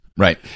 Right